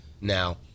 now